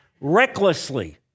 recklessly